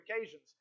occasions